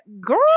girl